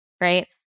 right